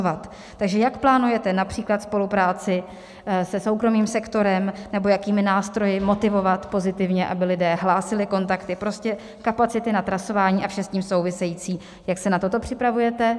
Takže jak plánujete například spolupráci se soukromým sektorem nebo jakými nástroji motivovat pozitivně, aby lidé hlásili kontakty, prostě kapacity na trasování a vše s tím související, jak se na toto připravujete?